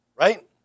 Right